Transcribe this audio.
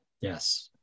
yes